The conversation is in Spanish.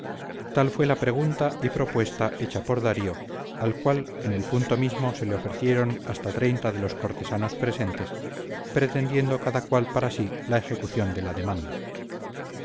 tal fue la pregunta y propuesta hecha por darío al cual en el punto mismo se le ofrecieron hasta de los cortesanos presentes pretendiendo cada cual para sí la ejecución de la demanda